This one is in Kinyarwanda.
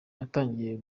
yatangiye